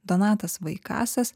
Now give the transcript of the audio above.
donatas vaikasas